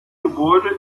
gebäude